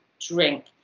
drink